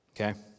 okay